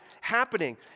happening